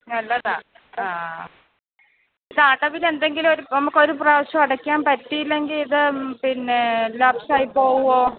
നല്ലതാ ആ പക്ഷെ അടവിൽ എന്തെന്തെങ്കിലും ഒരു നമുക്കൊരു പ്രാവശ്യം അടക്കാൻ പറ്റിയില്ലെങ്കിൽ ഇത് പിന്നെ ലാപ്സ് ആയി പോവുമോ